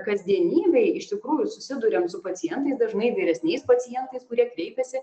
kasdienybėj iš tikrųjų susiduriam su pacientais dažnai vyresniais pacientais kurie kreipiasi